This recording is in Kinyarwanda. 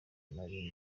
nari